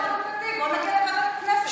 בואו נעביר לוועדת הכנסת.